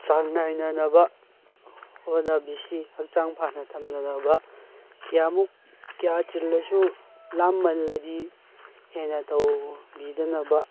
ꯆꯥꯡ ꯅꯥꯏꯅꯅꯕ ꯍꯣꯠꯅꯕꯤꯁꯤ ꯍꯛꯆꯥꯡ ꯐꯅ ꯊꯝꯅꯅꯕ ꯀꯌꯥꯃꯨꯛ ꯀꯌꯥ ꯆꯤꯜꯂꯁꯨ ꯂꯥꯝꯃꯜꯂꯗꯤ ꯍꯦꯟꯅ ꯇꯧꯕꯤꯗꯅꯕ